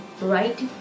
right